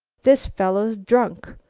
this fellow's drunk.